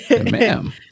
Ma'am